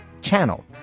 channel